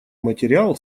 материал